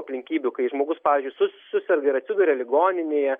aplinkybių kai žmogus pavyzdžiui su suserga ir atsiduria ligoninėje